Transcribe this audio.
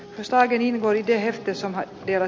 jos tarve niin voi ehkä sana ja